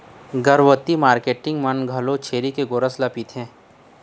गरभबती मारकेटिंग मन घलोक छेरी के गोरस ल पिथें